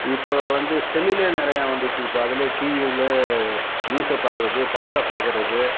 இப்போ வந்து செல்லிலே நிறையா வந்துடுச்சு இப்போ அதிலே டிவியுள்ளே நியூஸை பார்க்குறது படத்தை பார்க்குறது